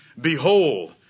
behold